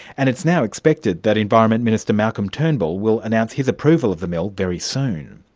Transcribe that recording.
and it's now expected that environment minister, malcolm turnbull, will announce his approval of the mill very soon.